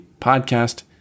podcast